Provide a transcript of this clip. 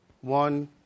one